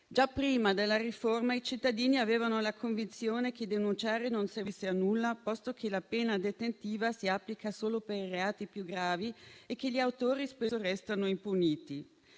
Già prima della riforma i cittadini avevano la convinzione che denunciare non servisse a nulla, posto che la pena detentiva si applica solo per i reati più gravi e che gli autori spesso restano impuniti.